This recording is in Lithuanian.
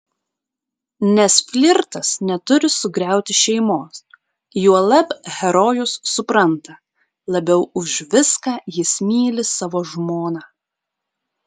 nes flirtas neturi sugriauti šeimos juolab herojus supranta labiau už viską jis myli savo žmoną